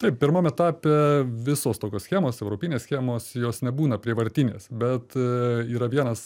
taip pirmam etape visos tokios schemos europinės schemos jos nebūna prievartinės bet yra vienas